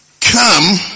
Come